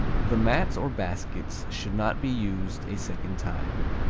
the mats or baskets should not be used a second time.